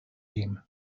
regime